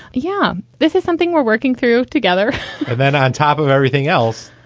yeah, this is something we're working through together and then on top of everything else,